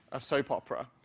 a soap opera.